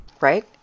Right